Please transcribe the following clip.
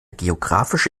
geografische